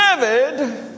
David